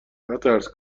نترس